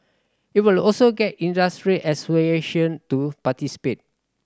it will also get industry association to participate